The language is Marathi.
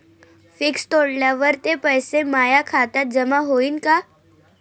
फिक्स तोडल्यावर ते पैसे माया खात्यात जमा होईनं का?